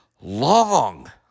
long